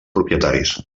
propietaris